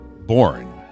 Born